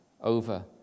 over